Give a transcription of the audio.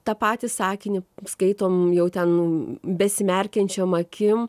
tą patį sakinį skaitome jau ten besimerkenčiom akim